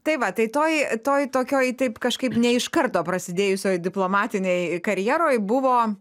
tai va tai toj toj tokioj taip kažkaip ne iš karto prasidėjusioj diplomatinėj karjeroj buvo